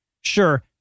sure